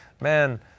man –